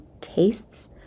tastes